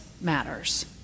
matters